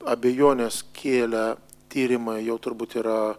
abejones kėlę tyrimai jau turbūt yra